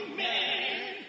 man